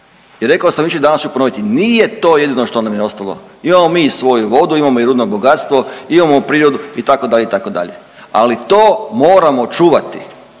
I rekao sam jučer i danas ću ponoviti, nije to jedino što nam je ostalo, imamo mi i svoju vodu imamo i rudno bogatstvo, imamo prirodu itd., itd., ali to moramo čuvati,